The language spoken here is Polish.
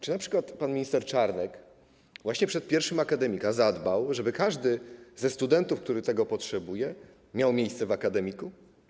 Czy np. pan minister Czarnek właśnie przed 1 października zadbał o to, żeby każdy ze studentów, który tego potrzebuje, miał miejsce w akademiku?